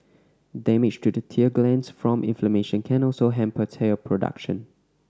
damage to the tear glands from inflammation can also hamper tear production